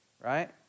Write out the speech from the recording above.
right